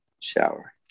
shower